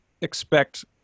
expect